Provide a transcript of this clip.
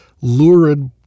lurid